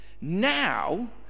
now